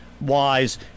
wise